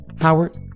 Howard